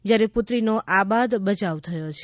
જયારે પુત્રીનો આબાદ બયાવ થયો છે